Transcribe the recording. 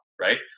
right